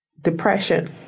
depression